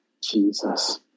Jesus